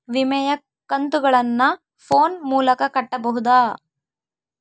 ವಿಮೆಯ ಕಂತುಗಳನ್ನ ಫೋನ್ ಮೂಲಕ ಕಟ್ಟಬಹುದಾ?